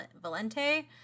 Valente